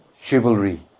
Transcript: chivalry